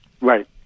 Right